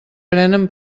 prenen